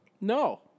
No